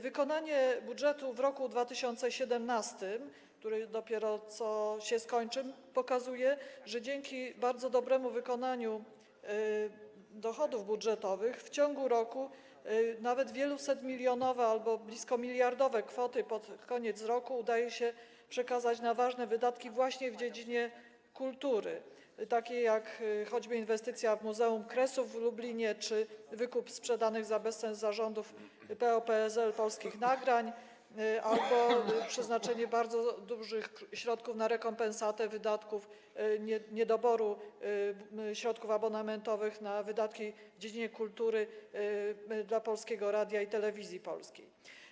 Wykonanie budżetu w roku 2017, który dopiero co się skończył, pokazuje, że dzięki bardzo dobremu wykonaniu dochodów budżetowych w ciągu roku nawet wielusetmilionowe albo blisko miliardowe kwoty pod koniec roku udaje się przekazać na ważne wydatki właśnie w dziedzinie kultury, chodzi choćby o inwestycję w Muzeum Kresów w Lublinie czy wykup sprzedanych za bezcen za rządów PO-PSL Polskich Nagrań, albo przeznacza się bardzo duże środki na rekompensatę wydatków, niedoboru środków abonamentowych, na wydatki w dziedzinie kultury dla Polskiego Radia i Telewizji Polskiej.